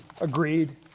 agreed